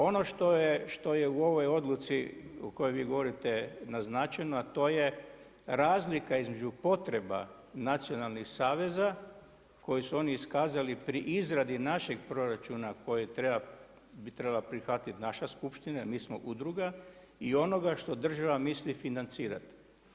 Ono što je u ovoj odluci o kojoj vi govorite naznačeno, a to je razlika između potreba nacionalnih saveza koji su oni iskazali pri izradi našeg proračuna koje bi trebala prihvatiti naša skupština jer mi smo udruga i onoga što država misli financirati.